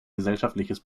gesellschaftliches